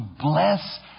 bless